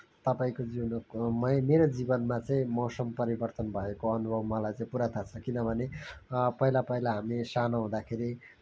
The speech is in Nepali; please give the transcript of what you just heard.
तपाईँको जीवनमा म मेरो जीवनमा चाहिँ मौसम परिवर्तन भएको अनुभव मलाई पुरा थाहा छ किनभने पहिला पहिला हामी सानो हुँदाखेरि